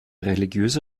religiöse